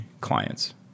clients